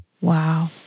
Wow